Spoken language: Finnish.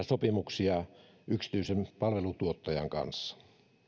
sopimuksia yksityisen palvelutuottajan kanssa